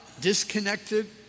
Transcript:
disconnected